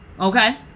Okay